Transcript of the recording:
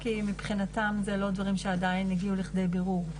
כי מבחינתם זה לא דברים שעדיין הגיעו לכדי בירור.